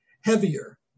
heavier